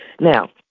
Now